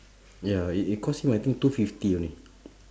ya it it cost him I think two fifty only